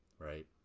right